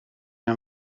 aan